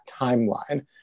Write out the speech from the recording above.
timeline